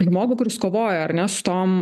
žmogų kuris kovoja ar ne su tom